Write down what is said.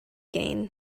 gain